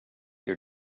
your